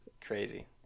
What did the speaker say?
crazy